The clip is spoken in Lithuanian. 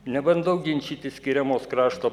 nebandau ginčytis skiriamos krašto